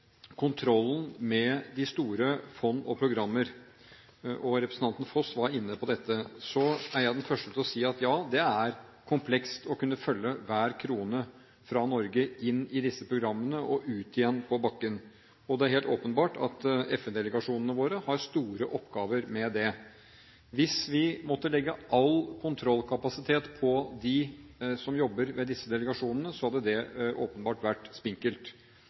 kontrollen med de store fond og programmer – representanten Foss var inne på dette – er jeg den første til å si at ja, det er komplekst å kunne følge hver krone fra Norge inn i disse programmene og ut igjen på bakken. Det er helt åpenbart at FN-delegasjonene våre har store oppgaver her. Hvis vi måtte legge all kontrollkapasitet på dem som jobber ved disse delegasjonene, hadde det åpenbart vært spinkelt.